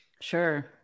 sure